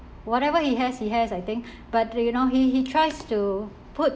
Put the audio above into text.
whatever he has he has I think but do you know he he tries to put